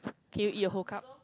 can you eat a whole cup